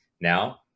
now